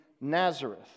Nazareth